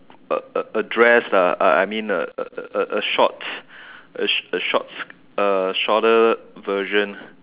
a a a dress lah I mean a a a a shorts a sh~ a shorts uh shorter version